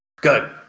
Good